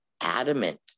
adamant